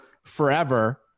forever